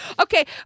Okay